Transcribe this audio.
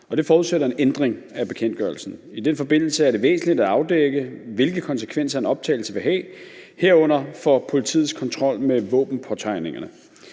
det forudsætter en ændring af bekendtgørelsen. I den forbindelse er det væsentligt at afdække, hvilke konsekvenser en optagelse vil have, herunder for politiets kontrol med våbenpåtegningerne.